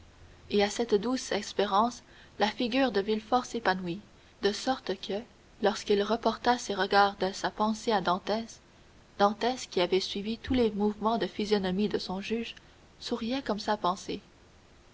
et à cette douce espérance la figure de villefort s'épanouit de sorte que lorsqu'il reporta ses regards de sa pensée à dantès dantès qui avait suivi tous les mouvements de physionomie de son juge souriait comme sa pensée